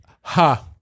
ha